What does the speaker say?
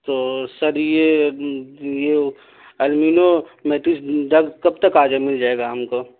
تو سر یہ المینو میٹک ڈو کب تک آ جائے مل جائے گا ہم کو